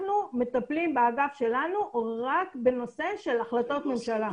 אנחנו באגף שלנו מטפלים רק בנושא של החלטות ממשלה כי